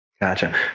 Gotcha